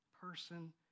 person